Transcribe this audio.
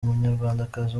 umunyarwandakazi